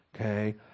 okay